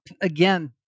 again